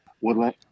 woodland